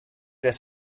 des